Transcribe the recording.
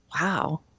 Wow